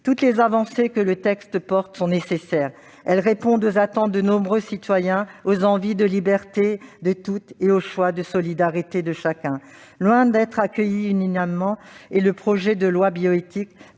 Toutes les avancées que le texte contient sont nécessaires. Elles répondent aux attentes de nombreux citoyens, aux envies de liberté de tous et au choix de solidarité de chacun. Loin d'être accueilli unanimement, le projet de loi relatif